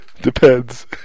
Depends